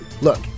Look